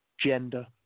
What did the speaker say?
Gender